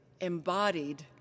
embodied